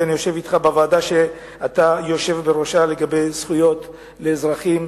ואני יושב אתך בוועדה שאתה יושב בראשה לגבי זכויות לאזרחים